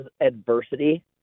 adversity